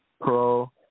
Pro